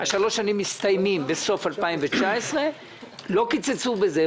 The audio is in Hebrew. שלוש השנים מסתיימות בסוף 2019. לא קיצצו בזה.